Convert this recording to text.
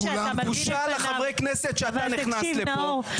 בושה לחברי הכנסת שאתה נכנס לפה,